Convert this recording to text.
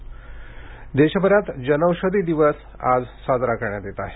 जनौषधी दिवस देशभरात जनौषधी दिवस आज साजरा करण्यात येत आहे